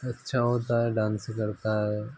अच्छा होता है डांस करता है